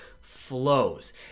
flows